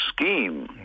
scheme